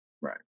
right